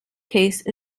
case